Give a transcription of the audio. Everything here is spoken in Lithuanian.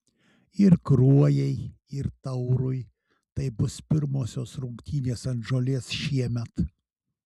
ir kruojai ir taurui tai bus pirmosios rungtynės ant žolės šiemet